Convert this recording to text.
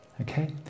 okay